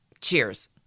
Cheers